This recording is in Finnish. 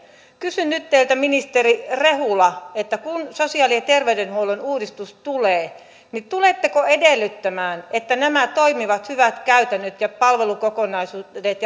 kysyn nyt teiltä ministeri rehula kun sosiaali ja terveydenhuollon uudistus tulee tuletteko edellyttämään että nämä toimivat hyvät käytännöt ja palvelukokonaisuudet